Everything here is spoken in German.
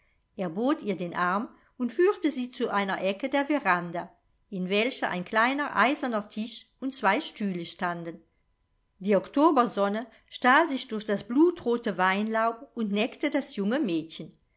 er bot ihr den arm und führte sie zu einer ecke der veranda in welcher ein kleiner eiserner tisch und zwei stühle standen die oktobersonne stahl sich durch das blutrote weinlaub und neckte das junge mädchen